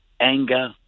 anger